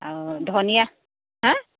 আৰু ধনিয়া হা